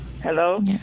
Hello